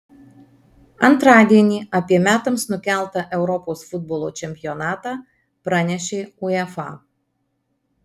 antradienį apie metams nukeltą europos futbolo čempionatą pranešė uefa